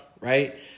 right